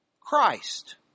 Christ